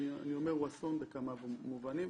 אני אומר אסון בכמה מובנים.